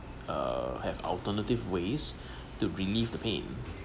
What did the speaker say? uh have alternative ways to relieve the pain